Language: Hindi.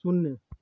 शून्य